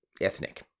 ethnic